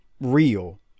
real